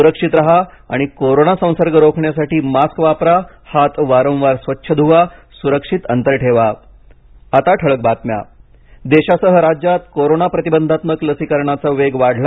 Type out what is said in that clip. सुरक्षित राहा आणि कोरोना संसर्ग रोखण्यासाठी मास्क वापरा हात वारंवार स्वच्छ धुवा सुरक्षित अंतर ठेवा ठळक बातम्या देशासह राज्यात कोरोंना प्रतिबंधात्मक लासिकरणाचा वेग वाढला